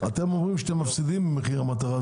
אומרים שאתם מפסידים ממחיר המטרה,